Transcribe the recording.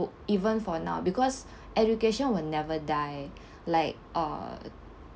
even for now because education will never die like uh